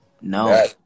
No